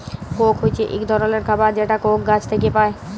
Coke হছে ইক ধরলের খাবার যেটা কোক গাহাচ থ্যাইকে পায়